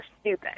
stupid